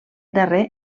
darrer